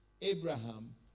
Abraham